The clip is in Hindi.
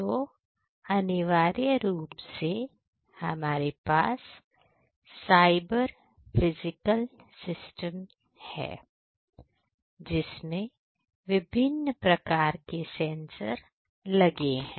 तो अनिवार्य रूप से हमारे पास साइबर फिजिकल सिस्टम्स है जिसमें विभिन्न प्रकार की सेंसर लगे हैं